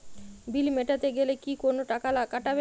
বিল মেটাতে গেলে কি কোনো টাকা কাটাবে?